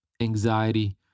anxiety